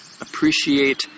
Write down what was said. appreciate